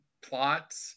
plot